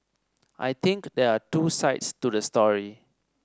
I think there are two sides to the story